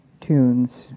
tunes